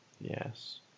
Yes